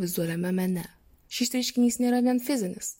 vizualiame mene šis reiškinys nėra vien fizinis